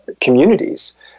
communities